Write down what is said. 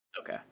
Okay